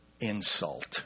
insult